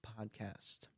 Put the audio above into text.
Podcast